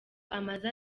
amaze